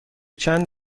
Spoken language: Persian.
چند